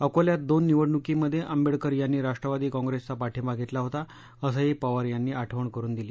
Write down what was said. अकोल्यात दोन निवडणुकीमध्ये आंबेडकर यांनी राष्ट्रवादी काँग्रेसचा पाठिंबा घेतला होता असंही पवार यांनी आठवण करून दिली